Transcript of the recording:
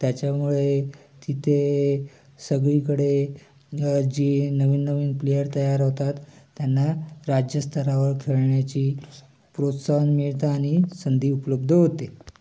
त्याच्यामुळे तिथे सगळीकडे जे नवीन नवीन प्लेअर तयार होतात त्यांना राजस्तरावर खेळण्याची प्रोत्साहन मिळतं आणि संधी उपलब्ध होते